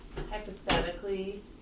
hypothetically